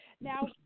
Now